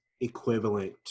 equivalent